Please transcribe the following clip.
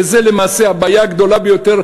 שזו למעשה הבעיה הקשה ביותר,